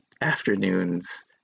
afternoons